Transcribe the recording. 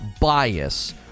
bias